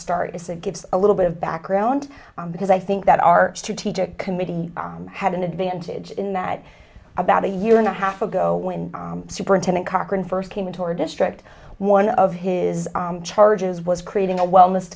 stay if it gives a little bit of background on because i think that our strategic committee had an advantage in that about a year and a half ago when superintendent cochran first came into our district one of his charges was creating a wellness